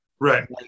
Right